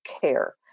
care